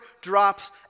drops